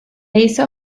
hizo